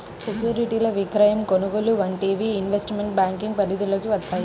సెక్యూరిటీల విక్రయం, కొనుగోలు వంటివి ఇన్వెస్ట్మెంట్ బ్యేంకింగ్ పరిధిలోకి వత్తయ్యి